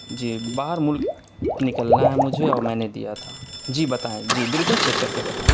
جی باہر ملک نکلنا ہے مجھے اور میں نے دیا تھا جی بتائیں جی بالکل چیک کر کے بتائیں